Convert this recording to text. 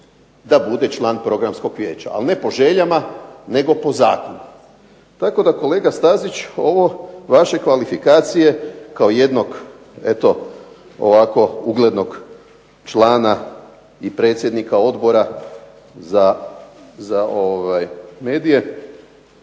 da bude član Programskog vijeća. Ali ne po željama, nego po zakonu. Tako da kolega Stazić ovo vaše kvalifikacije kao jednog eto ovako uglednog člana i predsjednika Odbora za medije